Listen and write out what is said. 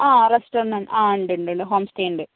ആ rest room ആ ഉണ്ട് ഉണ്ട് ഹോംസ്റ്റേ ഉണ്ട്